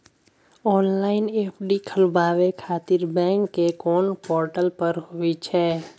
Online FD खोलाबय खातिर bank के कोन पोर्टल पर होए छै?